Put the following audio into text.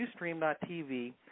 ustream.tv